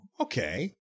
okay